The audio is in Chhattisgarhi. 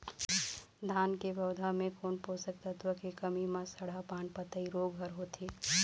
धान के पौधा मे कोन पोषक तत्व के कमी म सड़हा पान पतई रोग हर होथे?